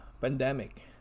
pandemic